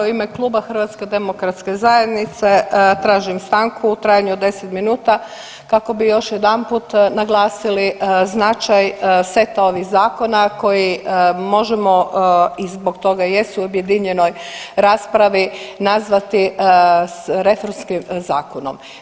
U ime klub HDZ-a tražim stanku u trajanju od 10 minuta kako bi još jedanput naglasili značaj seta ovih zakona koji možemo i zbog toga i jesu u objedinjenoj raspravi nazvati reformskim zakonom.